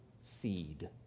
seed